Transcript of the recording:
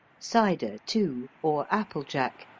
cider, too, or applejack,